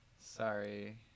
Sorry